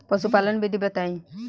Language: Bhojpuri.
पशुपालन विधि बताई?